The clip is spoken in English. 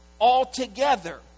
altogether